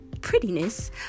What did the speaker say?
prettiness